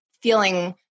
feeling